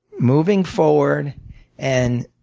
moving forward and